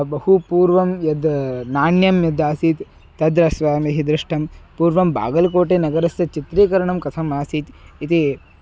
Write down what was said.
बहु पूर्वं यद् नाण्यं यद् आसीत् तद् अस्माभिः दृष्टं पूर्वं बागल्कोटे नगरस्य चित्रीकरणं कथम् आसीत् इति